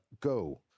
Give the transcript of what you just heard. go